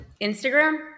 Instagram